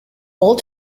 all